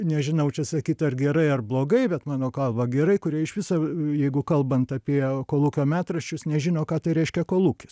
nežinau čia sakyt ar gerai ar blogai bet mano galva gerai kurie iš viso jeigu kalbant apie kolūkio metraščius nežino ką tai reiškia kolūkis